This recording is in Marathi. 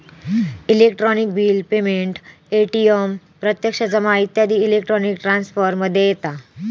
इलेक्ट्रॉनिक बिल पेमेंट, ए.टी.एम प्रत्यक्ष जमा इत्यादी इलेक्ट्रॉनिक ट्रांसफर मध्ये येता